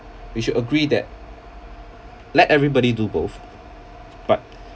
we should agree that let everybody do both but